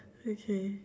okay